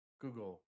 Google